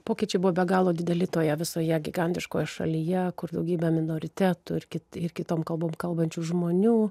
pokyčiai buvo be galo dideli toje visoje gigantiškoje šalyje kur daugybė minoritetų ir kitom kalbom kalbančių žmonių